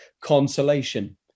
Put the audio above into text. consolation